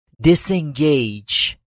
disengage